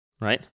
Right